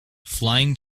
flying